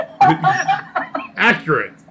Accurate